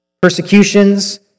persecutions